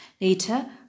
Later